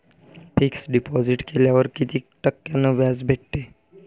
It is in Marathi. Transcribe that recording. फिक्स डिपॉझिट केल्यावर कितीक टक्क्यान व्याज भेटते?